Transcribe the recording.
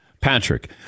Patrick